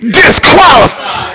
disqualified